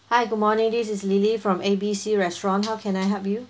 hi good morning this is lily from A B C restaurant how can I help you